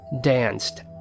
danced